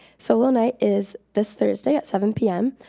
solo night is this thursday at seven p m.